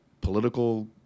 political